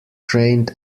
trained